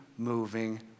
Moving